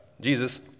Jesus